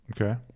Okay